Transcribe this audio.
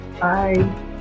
Bye